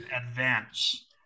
advance